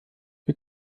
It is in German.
wir